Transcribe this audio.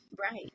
Right